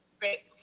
great.